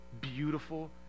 beautiful